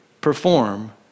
perform